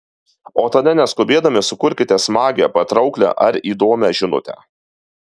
o tada neskubėdami sukurkite smagią patrauklią ar įdomią žinutę